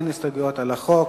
אין הסתייגויות לחוק,